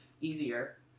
easier